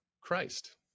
Christ